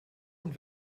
und